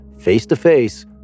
face-to-face